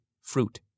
fruit